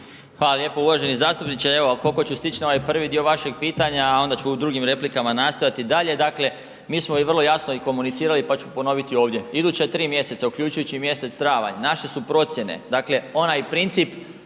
Hvala lijepo. Uvaženi zastupniče, evo koliko ću stići na ovaj prvi dio vašeg pitanja, a onda ću u drugim replikama nastojati dalje. Dakle, mi smo i vrlo jasno i komunicirali pa ću ponoviti ovdje. Iduća 3 mjeseca uključujući i mjesec travanj, naše su procjene, dakle onaj princip